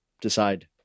decide